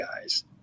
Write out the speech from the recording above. guys